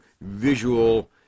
visual